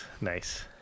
Nice